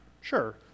Sure